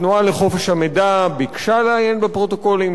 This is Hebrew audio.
התנועה לחופש המידע ביקשה לעיין בפרוטוקולים,